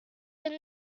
une